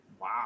Wow